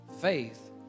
Faith